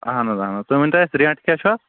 اَہن حظ اَہن حظ تُہۍ ؤنۍ تَو اَسہِ رینٹ کیٛاہ چھُ اَتھ